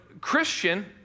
Christian